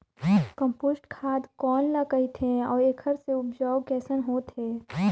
Compost खाद कौन ल कहिथे अउ एखर से उपजाऊ कैसन होत हे?